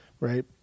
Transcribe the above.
Right